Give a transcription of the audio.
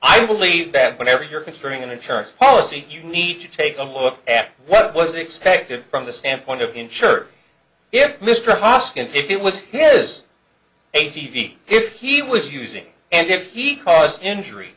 i believe bad whenever you're considering an insurance policy you need to take a look at what was expected from the standpoint of the insured if mr hoskins if it was his a t v if he was using and if he caused injury